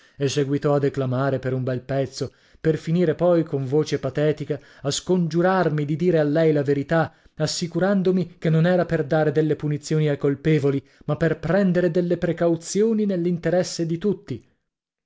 e seguitò a declamare per un bel pezzo per finire poi con voce patetica a scongiurarmi di dire a lei la verità assicurandomi che non era per dare delle punizioni ai colpevoli ma per prendere delle precauzioni nell'interesse di tutti